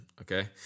Okay